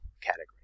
category